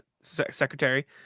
secretary